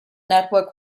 network